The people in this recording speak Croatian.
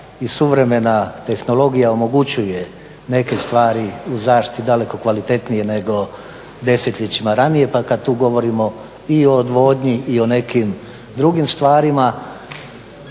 i suvremena tehnologija omogućuje neke stvari u zaštiti daleko kvalitetnije nego desetljećima ranije, pa kad tu govorimo i o odvodnji i o nekim drugim stvarima